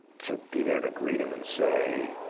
to be there to greet them and say,